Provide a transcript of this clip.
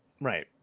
Right